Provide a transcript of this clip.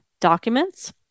documents